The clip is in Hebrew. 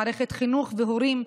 מערכת חינוך והורים,